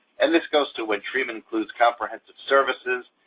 and this goes to when treatment includes comprehensive services,